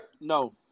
No